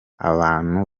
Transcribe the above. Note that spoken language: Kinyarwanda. abantu